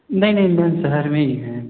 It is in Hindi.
नहीं नहीं मैम शहर में ही हैं